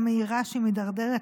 היושב-ראש,